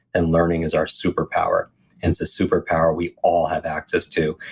and learning is our superpower, and it's the superpower we all have access to.